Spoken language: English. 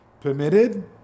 permitted